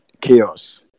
chaos